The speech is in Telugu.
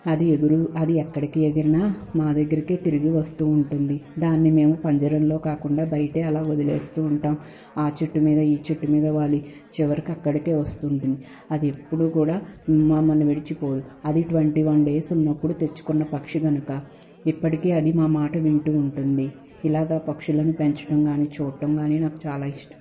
అది ఎగురు అది ఎక్కడికి ఎగిరిన మా దగ్గరికే తిరిగి వస్తూ ఉంటుంది దాన్ని మేము పంజరంలో కాకుండా బయటే అలా వదిలేస్తూ ఉంటాం ఆ చెట్టు మీద ఈ చెట్టు మీద వాలి చివరికి అక్కడికే వస్తుంటుంది అది ఎప్పుడు కూడా మమ్మల్ని విడిచిపోదు అది ట్వంటీ వన్ డేస్ ఉన్నప్పుడు తెచ్చుకున్న పక్షి కనుక ఇప్పటికే అది మా మాట వింటూ ఉంటుంది ఇలాగా పక్షులను పెంచటం కాని చూటం కానీ నాకు చాలా ఇష్టం